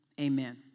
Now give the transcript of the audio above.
Amen